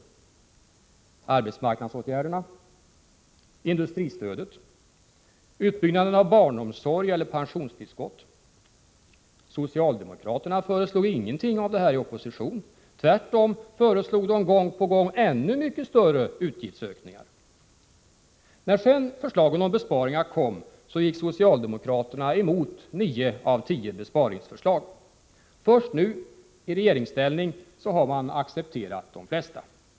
Är det arbetsmarknadsåtgärderna, industristödet eller utbyggnaden av barnomsorg eller pensionstillskott? Socialdemokraterna föreslog ingenting av detta i opposition. Tvärtom föreslog de gång på gång ännu mycket större utgiftsökningar. När sedan förslagen om besparingar kom, gick socialdemokraterna emot nio av tio besparingsförslag. Först nu — i regeringsställning — har man accepterat de flesta.